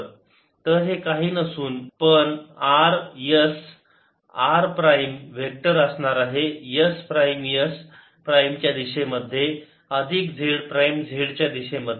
तर हे काही नसून पण r s r prime vector असणार आहे s प्राईम s प्राईम च्या दिशेमध्ये अधिक z प्राईम z च्या दिशेमध्ये